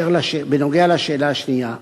בנוגע לשאלה השנייה,